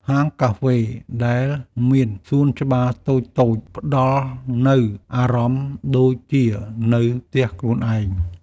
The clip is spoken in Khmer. ហាងកាហ្វេដែលមានសួនច្បារតូចៗ ផ្តល់នូវអារម្មណ៍ដូចជានៅផ្ទះខ្លួនឯង។